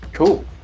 Cool